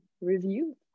review